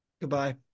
Goodbye